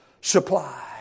supply